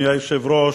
אדוני היושב-ראש,